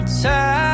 time